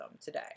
today